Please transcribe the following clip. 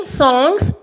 songs